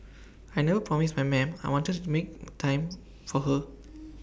I never promised my ma'am I wanted to make time for her